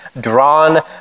drawn